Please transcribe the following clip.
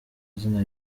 izina